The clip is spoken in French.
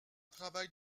travail